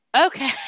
Okay